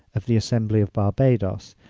of the assembly of barbadoes,